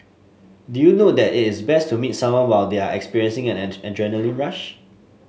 did you know that it is best to meet someone while they are experiencing and an adrenaline rush